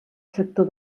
sector